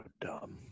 dumb